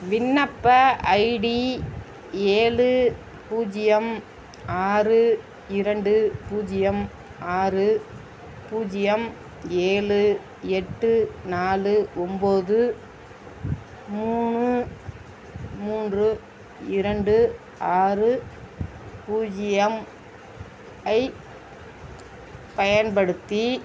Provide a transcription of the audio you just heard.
விண்ணப்ப ஐடி ஏழு பூஜ்ஜியம் ஆறு இரண்டு பூஜ்ஜியம் ஆறு பூஜ்ஜியம் ஏழு எட்டு நாலு ஒம்போது மூணு மூன்று இரண்டு ஆறு பூஜ்ஜியம் ஐப் பயன்படுத்தி